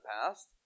past